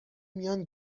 میان